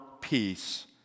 peace